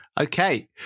Okay